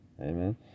Amen